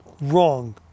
wrong